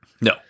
No